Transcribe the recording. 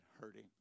hurting